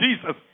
Jesus